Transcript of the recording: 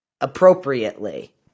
appropriately